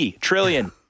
trillion